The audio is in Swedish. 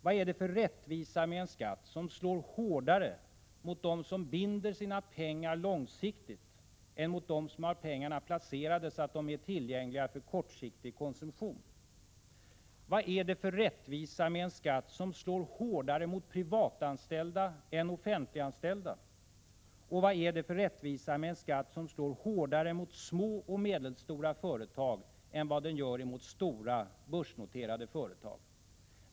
Vad är det för rättvisa med en skatt som slår hårdare mot dem som binder sina pengar långsiktigt än mot dem som har placerat sina pengar så att de är tillgängliga till kortsiktig konsumtion? Vad är det för rättvisa med en skatt som slår hårdare mot privatanställda än mot offentliganställda? Vad är det för rättvisa med en skatt som slår hårdare mot små och medelstora företag än mot stora, börsnoterade företag?